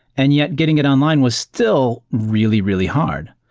and yet getting it online was still really, really hard.